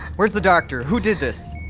where's the doctor? who did this?